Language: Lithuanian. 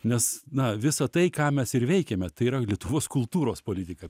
nes na visa tai ką mes ir veikiame tai yra lietuvos kultūros politika